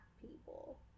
people